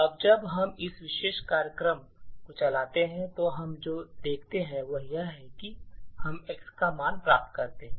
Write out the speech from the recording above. अब जब हम इस विशेष कार्यक्रम को चलाते हैं तो हम जो देखते हैं वह यह है कि हम x का मान प्राप्त करते हैं